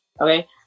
okay